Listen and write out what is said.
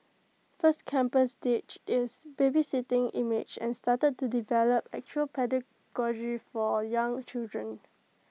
first campus ditched its babysitting image and started to develop actual pedagogy for young children